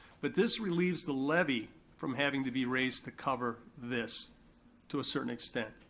but this relieves the levy from having to be raised to cover this to a certain extent.